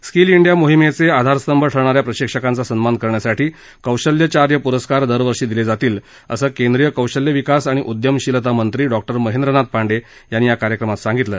skill India मोहिमेचे आधारस्तंभ ठरणाऱ्या प्रशिक्षकांचा सन्मान करण्यासाठी कौशल्यचार्य प्रस्कार दरवर्षी दिले जातील असं केंद्रीय कौशल्य विकास आणि उद्यमशीलता मंत्री डॉक्टर महेंद्रनाथ पांडे यांनी या कार्यक्रमात सांगितलं